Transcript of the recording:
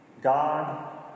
God